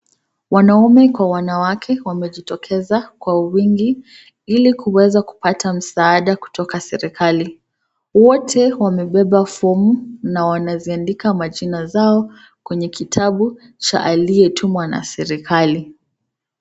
Wanaume kwa wanawake wamejitokeza kwa wingi ili kuweza kupata msaada kutoka serikali. Wote wamebeba fomu na wanaziandika majina zao kwenye kitabu cha aliyetumwa na serikali.